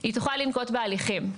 היא תוכל לנקוט בהליכים.